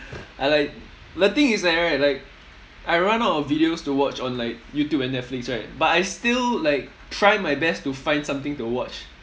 I like the thing is that right like I run out of videos to watch on like youtube and netflix right but I still like try my best to find something to watch